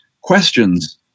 questions